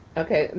okay,